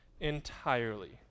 entirely